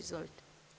Izvolite.